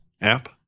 app